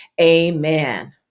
amen